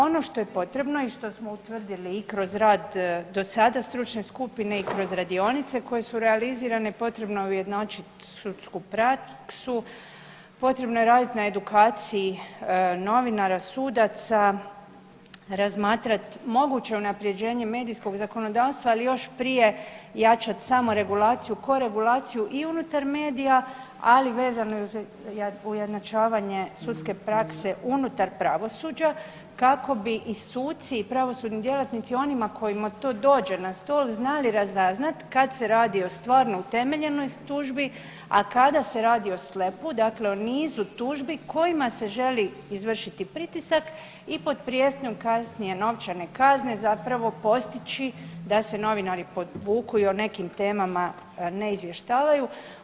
Ono što je potrebno i što smo utvrdili i kroz rad do sada stručne skupine i kroz radionice koje su realizirane potrebno je ujednačiti sudsku praksu, potrebno je raditi na edukaciji novinara, sudaca, razmatrati moguće unapređenje medijskog zakonodavstva, ali još prije jačati samu regulaciju, koregulaciju i unutar medija ali vezano uz ujednačavanje sudske prakse unutar pravosuđa kako bi i suci i pravosudni djelatnici onima kojima to dođe na stol znali razaznati kada se radi o stvarno utemeljenoj tužbi, a kada se radi o slepu dakle o nizu tužbi kojima se želi izvršiti pritisak i pod prijetnjom kasnije novčane kazne zapravo postići da se novinari povuku i o nekim temama ne izvještavaju.